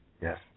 Yes